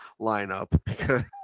lineup